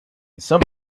some